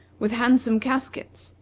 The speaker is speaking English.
with handsome caskets,